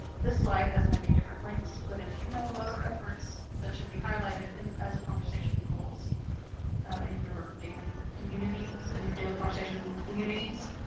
this slide has many different links, but if you know of other efforts that should be highlighted and as the conversation folds in your daily communities, ah your daily conversation communities,